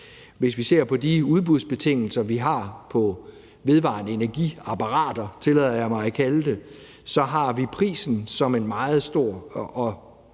Hvis vi ser på de udbudsbetingelser, vi har for vedvarende energi-apparater, tillader jeg mig at